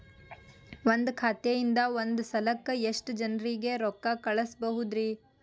ಒಂದ್ ಖಾತೆಯಿಂದ, ಒಂದ್ ಸಲಕ್ಕ ಎಷ್ಟ ಜನರಿಗೆ ರೊಕ್ಕ ಕಳಸಬಹುದ್ರಿ?